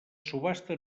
subhasta